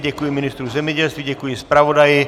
Děkuji ministru zemědělství, děkuji zpravodaji.